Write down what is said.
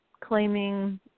claiming